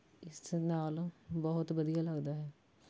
ਇਸ ਨਾਲ ਬਹੁਤ ਵਧੀਆ ਲੱਗਦਾ ਹੈ